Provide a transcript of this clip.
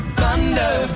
thunder